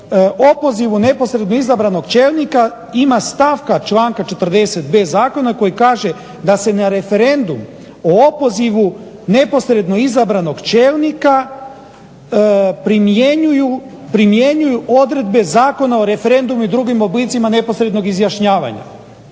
opozivu neposredno izabranog čelnika ima stavka članka 40B zakona koji kaže da se na referendum o opozivu neposredno izabranog čelnika primjenjuju odredbe Zakona o referendumu i drugim oblicima neposrednog izjašnjavanja.